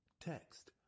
Text